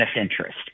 interest